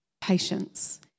patience